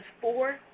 four